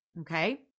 okay